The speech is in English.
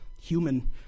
human